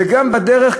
וגם בדרך,